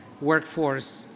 workforce